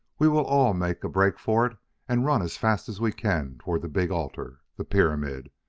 we will all make a break for it and run as fast as we can toward the big altar the pyramid.